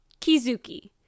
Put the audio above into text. Kizuki